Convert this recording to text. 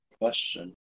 question